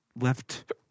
left